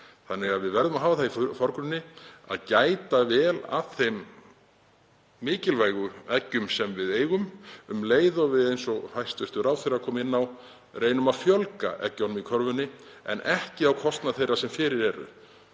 slíkum. Við verðum að hafa það í forgrunni að gæta vel að þeim mikilvægu eggjum sem við eigum um leið og við, eins og hæstv. ráðherra kom inn á, reynum að fjölga eggjunum í körfunni, en ekki á kostnað þeirra sem fyrir eru.